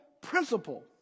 principle